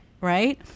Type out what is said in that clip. right